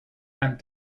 and